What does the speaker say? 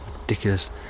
ridiculous